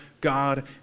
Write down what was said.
God